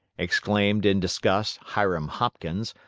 exclaimed, in disgust, hiram hopkins,